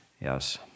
Yes